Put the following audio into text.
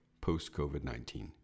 post-COVID-19